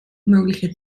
mögliche